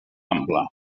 ample